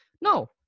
No